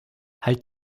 halt